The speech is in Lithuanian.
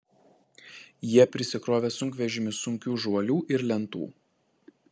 jie prisikrovė sunkvežimius sunkių žuolių ir lentų